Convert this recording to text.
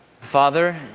Father